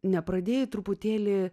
nepradėjai truputėlį